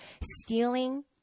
stealing